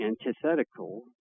antithetical